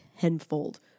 tenfold